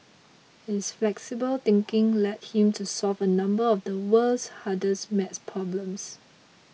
his flexible thinking led him to solve a number of the world's hardest math problems